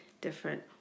different